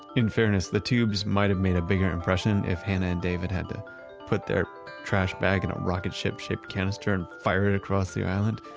in fairness, the tubes might have made a bigger impression if hannah and david had to put their trash bag in a rocket ship, shaped cannister and fire it across the island.